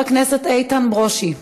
חבר הכנסת איתן ברושי,